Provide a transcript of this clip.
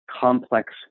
complex